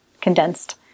condensed